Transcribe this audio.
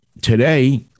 today